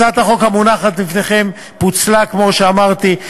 הצעת החוק המונחת לפניכם פוצלה, כמו שאמרתי.